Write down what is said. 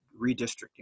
redistricting